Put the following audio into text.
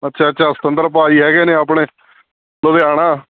ਅੱਛਾ ਅੱਛਾ ਸਤਿੰਦਰ ਭਾਜੀ ਹੈਗੇ ਨੇ ਆਪਣੇ ਲੁਧਿਆਣਾ